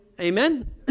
Amen